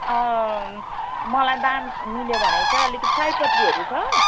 मलाई दाम मिल्यो भने चाहिँ अलिकति सयपत्रीहरू छ